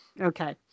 Okay